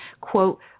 quote